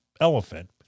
elephant